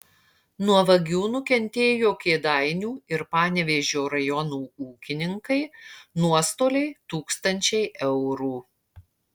nuo vagių nukentėjo kėdainių ir panevėžio rajonų ūkininkai nuostoliai tūkstančiai eurų